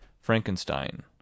Frankenstein